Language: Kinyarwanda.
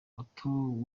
otto